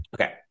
Okay